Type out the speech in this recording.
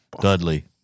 Dudley